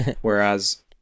Whereas